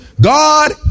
God